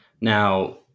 now